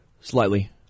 Slightly